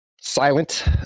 silent